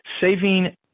Saving